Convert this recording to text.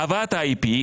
העברת ה-IP,